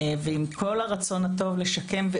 ועם כל הרצון הטוב לשקם,